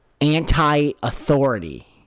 anti-authority